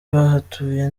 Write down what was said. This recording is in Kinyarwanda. bahatuye